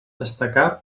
destacar